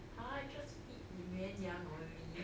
!huh! just feed the 绵羊 only